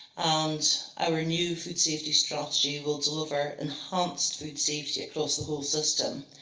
and our new food safety strategy will deliver enhanced food safety across the whole system.